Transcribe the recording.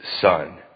Son